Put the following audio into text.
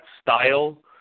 style